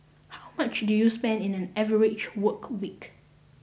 how much do you spend in an average work week